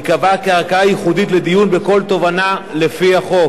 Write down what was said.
כערכאה ייחודית לדיון בכל תובענה לפי החוק.